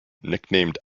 nicknamed